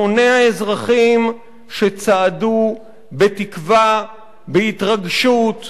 המוני האזרחים שצעדו בתקווה, בהתרגשות,